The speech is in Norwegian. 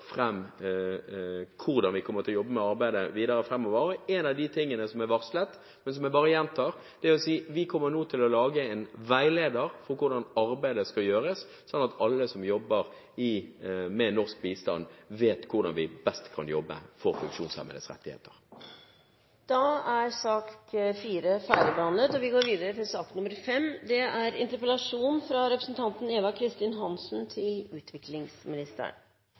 hvordan vi vil jobbe med dette framover. En av de tingene som er varslet, bare gjentar jeg: Vi kommer til å lage en veileder for hvordan arbeidet skal gjøres, sånn at alle som jobber med norsk bistand, vet hvordan en best kan jobbe for funksjonshemmedes rettigheter. Debatten i sak nr. 4 er dermed omme. Vi